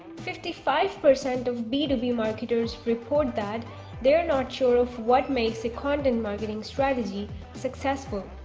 fifty five percent of b two b marketers report that they are not sure of what makes a content marketing strategy successful,